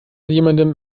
jemanden